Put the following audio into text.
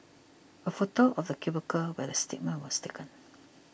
a photo of the cubicle where the statement was taken